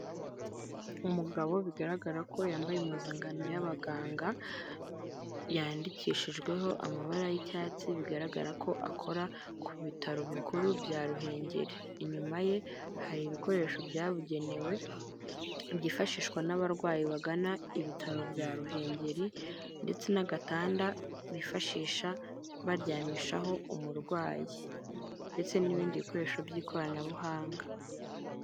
Umugabo bigaragara ko yambaye impuzankano y'abaganga, yandikishijweho amabara y'icyatsi, bigaragara ko akora ku bitaro bikuru bya Ruhengeri. Inyuma ye hari ibikoresho byabugenewe, byifashishwa n'abarwayi bagana ibitaro bya Ruhengeri, ndetse n'agatanda bifashisha baryamishaho umurwayi, ndetse n'ibindi bikoresho by'ikoranabuhanga.